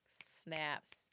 snaps